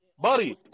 Buddy